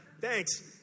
thanks